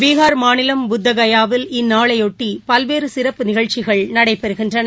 பீகார் மாநிலம் புத்த கயாவில் இந்நாளையொட்டி பல்வேறு சிறப்பு நிகழ்ச்சிகள் நடைபெறுகின்றன